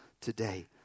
today